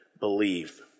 believe